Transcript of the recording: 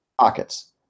pockets